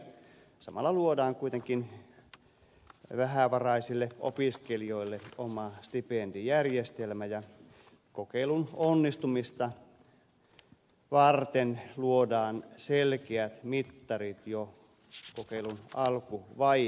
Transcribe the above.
samalla luodaan kuitenkin vähävaraisille opiskelijoille oma stipendijärjestelmä ja kokeilun onnistumista varten luodaan selkeät mittarit jo kokeilun alkuvaiheessa